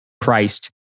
priced